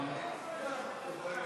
אתה